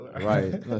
right